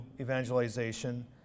evangelization